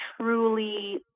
truly